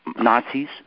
Nazis